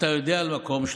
אתה יודע על מקום?